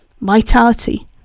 Vitality